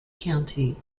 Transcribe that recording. county